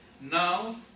Now